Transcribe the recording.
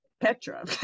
Petra